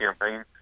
campaign